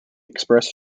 express